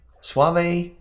Suave